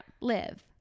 Live